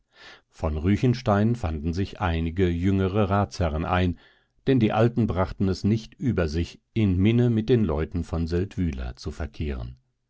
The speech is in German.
von ruechenstein fanden sich einige jüngere ratsherren ein denn die alten brachten es nicht über sich in minne mit den leuten von seldwyla zu verkehren